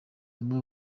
bamwe